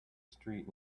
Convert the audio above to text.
street